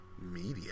media